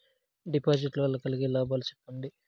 డిపాజిట్లు లు వల్ల కలిగే లాభాలు సెప్పండి?